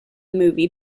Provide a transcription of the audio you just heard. movie